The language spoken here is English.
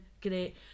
great